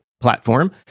platform